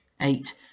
Eight